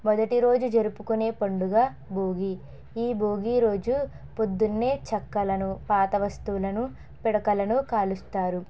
మొదటి రోజు జరుపుకునే పండుగ భోగి ఈ భోగీ రోజు పొద్దున్నే చెక్కలను పాత వస్తువులను పిడకలను కాలుస్తారు